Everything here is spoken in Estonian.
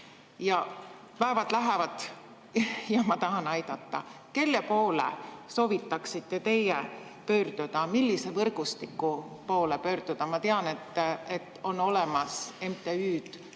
Ent päevad lähevad ja ma tahan aidata. Kelle poole soovitaksite teie pöörduda, millise võrgustiku poole? Ma tean, et on olemas MTÜ-d